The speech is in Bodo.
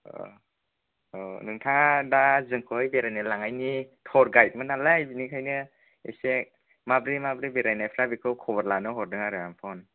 अ अ नोंथाङा दा जोंखौहाय बेरायनो लांनायनि टुर गाइदमोन नालाय बेनिखायनो इसे माबोरै माबोरै बेरायनायफोरा बेखौ खबर लानो हरदों आरो आं फ'न